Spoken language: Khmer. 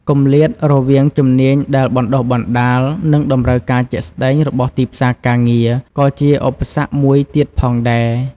គម្លាតរវាងជំនាញដែលបណ្ដុះបណ្ដាល និងតម្រូវការជាក់ស្ដែងរបស់ទីផ្សារការងារ ក៏ជាឧបសគ្គមួយទៀតផងដែរ។